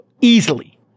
easily